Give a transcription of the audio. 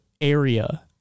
area